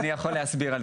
אני יכול להסביר.